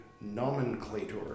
nomenclator